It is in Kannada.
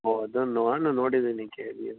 ಒಹ್ ಅದು ನಾನು ನೋಡಿದ್ದೀನಿ ಕೆ ವಿ ಎಲ್